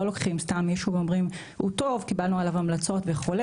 לא לוקחים סתם מישהו שיש לגביו המלצות טובות וכו',